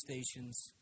stations